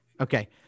Okay